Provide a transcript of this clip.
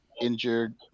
injured